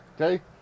okay